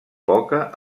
poca